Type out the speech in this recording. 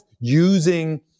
using